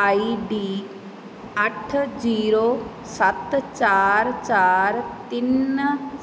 ਆਈ D ਅੱਠ zero ਸੱਤ ਚਾਰ ਚਾਰ ਤਿੰਨ